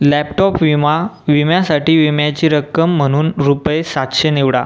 laptop विमा विम्यासाठी विम्याची रक्कम म्हणून रुपये सातशे निवडा